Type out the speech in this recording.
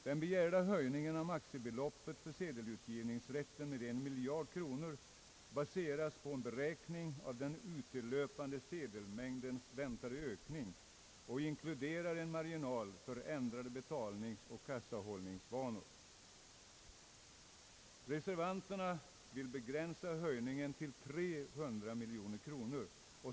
Den begärda höjningen av maximibeloppet för sedelutgivningsrätten med en miljard kronor baseras på en beräkning av den utelöpande sedelmängdens väntade ökning och inkluderar en marginal för ändrade betalningsoch kassahållningsvanor. Reservanterna vill begränsa höjningen till 300 miljoner kronor.